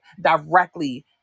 directly